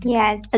Yes